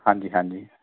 ਹਾਂਜੀ ਹਾਂਜੀ